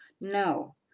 no